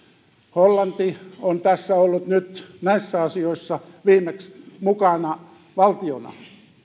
hollanti on ollut nyt näissä asioissa viimeksi mukana valtiona